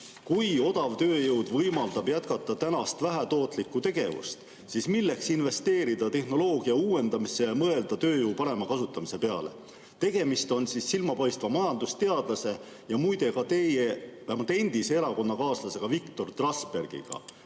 "Kui odav tööjõud võimaldab jätkata tänast vähetootlikku tegevust, siis milleks investeerida tehnoloogia uuendamisse ja mõelda tööjõu parema kasutamise peale?" Tegemist on silmapaistva majandusteadlase, ja muide, ka teie endise erakonnakaaslase Viktor Trasbergiga.